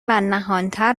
نهانتر